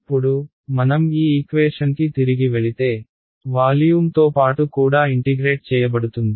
ఇప్పుడు మనం ఈ ఈక్వేషన్కి తిరిగి వెళితే వాల్యూమ్ తో పాటు కూడా ఇంటిగ్రేట్ చేయబడుతుంది